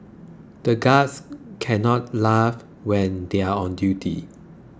the guards can't laugh when they are on duty